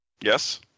Yes